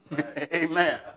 Amen